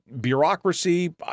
bureaucracy